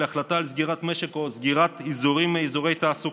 החלטה על סגירת המשק או סגירת אזורי תעסוקה,